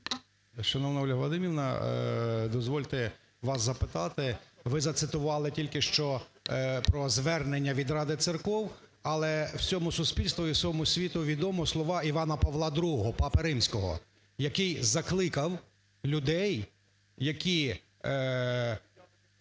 Шановна Ольга Вадимівна, дозвольте вас запитати. Ви зацитували тільки що про звернення від Ради церков, але всьому суспільству і усьому світу відомо слова Івана Павла ІІ Папи Римського, який закликав людей, які